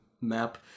map